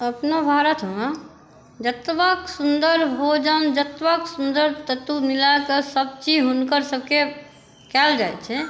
अपना भारतमे जतबा सुन्दर भोजन जतबा सुन्दर ततो मिलाके सभ चीज़ हुनकरसभके कयल जाइ छै